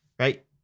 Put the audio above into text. Right